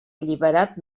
alliberat